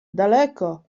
daleko